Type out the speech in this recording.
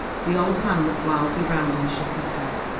the old man looked wildly round, and shook his head.